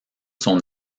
son